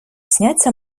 сняться